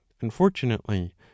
unfortunately